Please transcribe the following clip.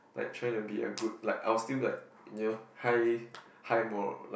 like trying to be a good like I was still like you know high high mor~ like